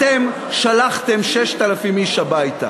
אתם שלחתם 6,000 איש הביתה.